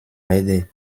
rede